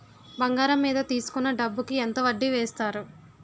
బంగారం మీద తీసుకున్న డబ్బు కి ఎంత వడ్డీ వేస్తారు?